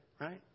right